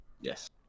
Yes